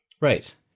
Right